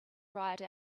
ride